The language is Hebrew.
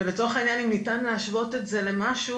ולצורך העניין אם ניתן להשוות את זה למשהו